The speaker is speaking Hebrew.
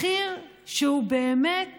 מחיר שהוא באמת